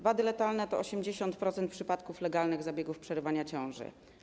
Wady letalne to 80% przypadków legalnych zabiegów przerwania ciąży.